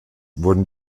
wurde